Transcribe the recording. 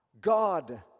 God